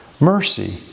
mercy